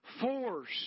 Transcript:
force